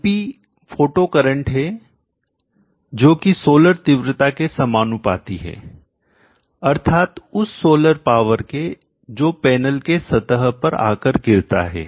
ip photo current है जो कि सोलर तीव्रता के समानुपाती है अर्थात उस सोलर पावर के जो पैनल के सतह पर आकर गिरता है